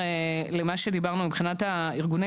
למה שדיברנו מבחינת ארגוני